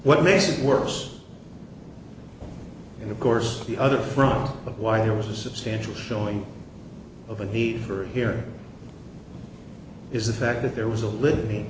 what makes it worse and of course the other wrong but why there was a substantial showing of a need for here is the fact that there was a li